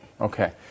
Okay